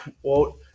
quote